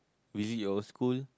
visit your old school